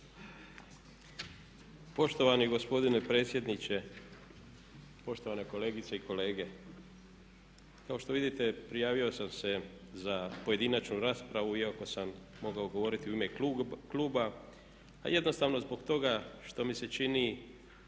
Poštovani gospodine predsjedniče, poštovane kolegice i kolege. Kao što vidite prijavio sam se za pojedinačnu raspravu iako sam mogao govoriti u ime kluba a jednostavno zbog toga što mi se na